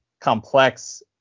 complex